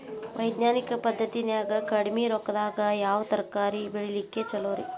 ವೈಜ್ಞಾನಿಕ ಪದ್ಧತಿನ್ಯಾಗ ಕಡಿಮಿ ರೊಕ್ಕದಾಗಾ ಯಾವ ತರಕಾರಿ ಬೆಳಿಲಿಕ್ಕ ಛಲೋರಿ?